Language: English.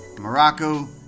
Morocco